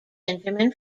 benjamin